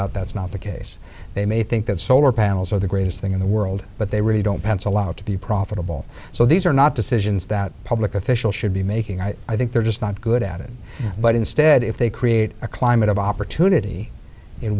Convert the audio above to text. out that's not the case they may think that solar panels are the greatest thing in the world but they really don't pencil out to be profitable so these are not decisions that public officials should be making i think they're just not good at it but instead if they create a climate of opportunity in